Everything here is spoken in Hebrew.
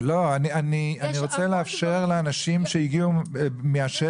רוצה לאפשר לאנשים שהגיעו מהשטח.